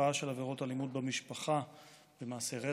בתופעה של עבירות אלימות במשפחה ובמעשי רצח,